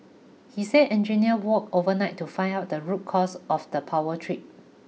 he said engineers worked overnight to find out the root cause of the power trip